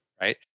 Right